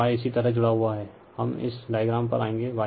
और Y इसी तरह जुड़ा हुआ है हम इस डायग्राम पर आएंगे